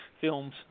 films